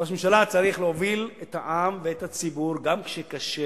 ראש ממשלה צריך להוביל את העם ואת הציבור גם כשקשה,